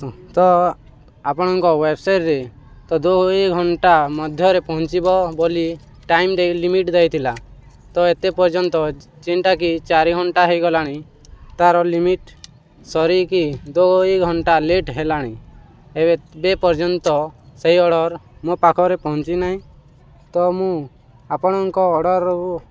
ତ ଆପଣଙ୍କ ୱେବସାଇଟ୍ରେ ତ ଦୁଇ ଘଣ୍ଟା ମଧ୍ୟରେ ପହଞ୍ଚିବ ବୋଲି ଟାଇମ ଦେଇ ଲିମିଟ୍ ଦେଇଥିଲା ତ ଏତେ ପର୍ଯ୍ୟନ୍ତ ଯେନ୍ଟା କି ଚାରି ଘଣ୍ଟା ହେଇ ଗଲାଣି ତା'ର ଲିମିଟ୍ ସରିକି ଦୁଇ ଘଣ୍ଟା ଲେଟ୍ ହେଲାଣି ଏବେ ପର୍ଯ୍ୟନ୍ତ ସେହି ଅର୍ଡ଼ର ମୋ ପାଖରେ ପହଞ୍ଚି ନାହିଁ ତ ମୁଁ ଆପଣଙ୍କ ଅର୍ଡ଼ରର